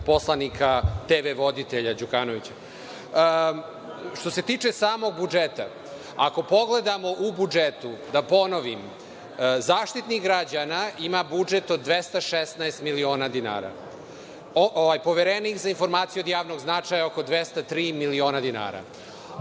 poslanika TV voditelja Đukanovića. Što se tiče samog budžeta, ako pogledamo u budžetu da ponovim, Zaštitnik građana ima budžet od 216 miliona dinara, Poverenik za informacije od javnog značaja oko 203 miliona dinara,